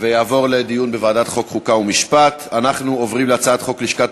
לוועדת החוקה, חוק ומשפט נתקבלה.